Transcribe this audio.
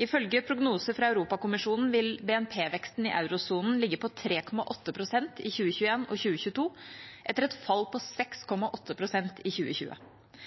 Ifølge prognoser fra Europakommisjonen vil BNP-veksten i eurosonen ligge på 3,8 pst. i 2021 og 2022, etter et fall på 6,8 pst. i 2020.